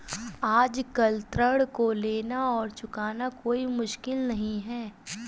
आजकल ऋण को लेना और चुकाना कोई मुश्किल नहीं है